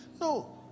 No